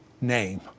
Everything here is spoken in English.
name